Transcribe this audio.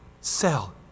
sell